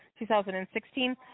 2016